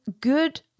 good